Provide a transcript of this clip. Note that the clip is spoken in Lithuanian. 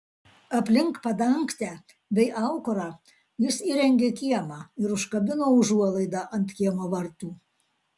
aplink padangtę bei aukurą jis įrengė kiemą ir užkabino užuolaidą ant kiemo vartų